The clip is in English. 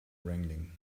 wrangling